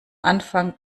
anfang